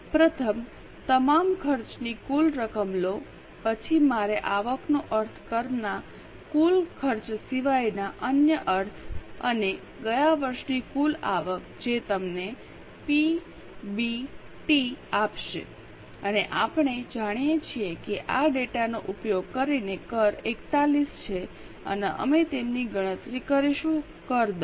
પ્રથમ તમામ ખર્ચની કુલ રકમ લો પછી મારે આવકનો અર્થ કરના કુલ ખર્ચ સિવાયના અન્ય અર્થ અને ગયા વર્ષની કુલ આવક જે તમને પીબીટી આપશે અને આપણે જાણીએ છીએ કે આ ડેટાનો ઉપયોગ કરીને કર 41 છે અમે તેની ગણતરી કરીશું કર દર